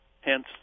hence